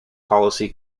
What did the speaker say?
policy